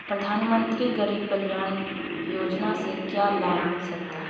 प्रधानमंत्री गरीब कल्याण योजना से क्या लाभ मिल सकता है?